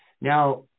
Now